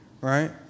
right